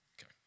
Okay